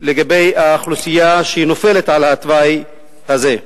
לאוכלוסייה שנופלת על התוואי הזה.